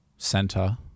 center